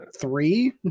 three